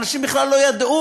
אבל אנשים בכלל לא ידעו.